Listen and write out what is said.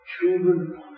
Children